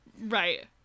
Right